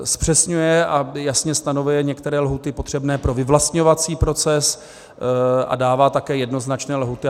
Zpřesňuje a jasně stanovuje některé lhůty potřebné pro vyvlastňovací proces a dává také jednoznačné lhůty.